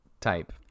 type